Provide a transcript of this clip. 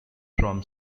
from